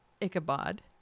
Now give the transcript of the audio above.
Ichabod